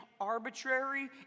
arbitrary